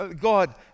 God